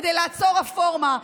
כדי לעצור רפורמה.